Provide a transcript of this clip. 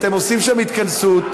אתם עושים שם התכנסות.